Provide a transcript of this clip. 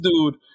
dude